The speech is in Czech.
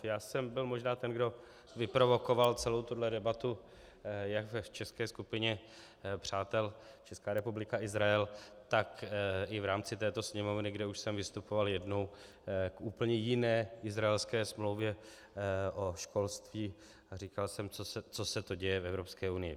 Já jsem byl možná ten, kdo vyprovokoval celou tuhle debatu jak zde v české skupině přátel Česká republika Izrael, tak i v rámci této Sněmovny, kde jsem už vystupoval jednou k úplně jiné izraelské smlouvě o školství a říkal jsem: co se to děje v Evropské unii?